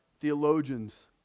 Theologians